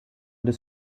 des